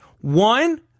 One